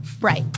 Right